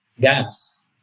gas